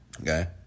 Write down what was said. Okay